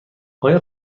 آیا